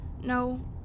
No